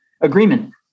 agreement